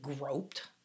groped